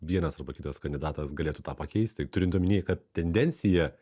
vienas arba kitas kandidatas galėtų tą pakeisti turint omeny kad tendencija